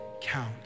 count